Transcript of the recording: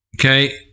Okay